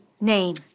name